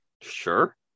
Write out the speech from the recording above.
sure